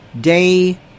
day